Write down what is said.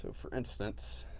ah for instance